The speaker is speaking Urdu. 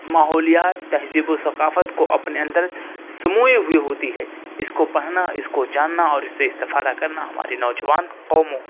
ماحولیات تہذیب و ثقافت کو اپنے اندر سموئے ہوئے ہوتی ہے اس کو پڑھنا اس کو جاننا اور اس سے استفادہ کرنا ہماری نوجوان قوموں